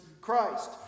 Christ